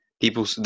People